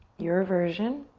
your version.